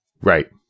Right